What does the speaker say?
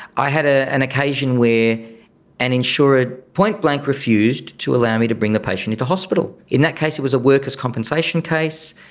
i had ah an occasion where an insurer point-blank refused to allow me to bring a patient into hospital. in that case it was a workers compensation case.